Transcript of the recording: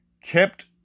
kept